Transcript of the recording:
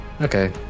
okay